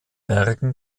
bergen